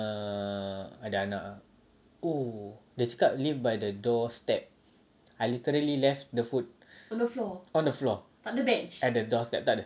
err ada anak oh dia cakap leave by the doorstep I literally left the food on the floor tak ada doorstep tak ada